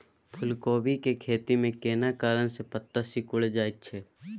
फूलकोबी के खेती में केना कारण से पत्ता सिकुरल जाईत छै?